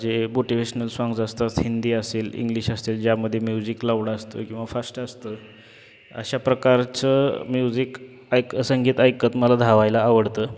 जे motivational songs असतात हिंदी असेल इंग्लिश असतील ज्यामध्ये म्युझिक लाऊड असतं किंवा फास्ट असतं अशा प्रकारचं म्युझिक ऐक संगीत ऐकत मला धावायला आवडतं